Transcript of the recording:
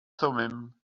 thummim